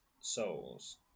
souls